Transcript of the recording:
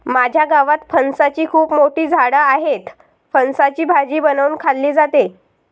माझ्या गावात फणसाची खूप मोठी झाडं आहेत, फणसाची भाजी बनवून खाल्ली जाते